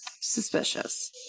Suspicious